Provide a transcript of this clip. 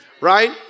right